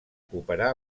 cooperar